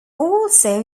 also